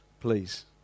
please